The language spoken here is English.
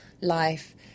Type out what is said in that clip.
life